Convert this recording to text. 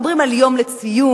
מדברים על יום לציון,